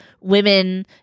women